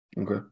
Okay